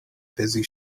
busy